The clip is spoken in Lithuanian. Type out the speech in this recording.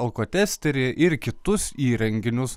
alkotesterį ir kitus įrenginius